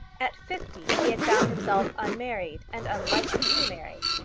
at fifty he had found himself unmarried, and unlikely to marry.